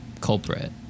culprit